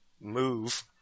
move